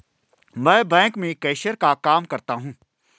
मैं बैंक में कैशियर का काम करता हूं